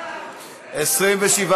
התשע"ו 2015,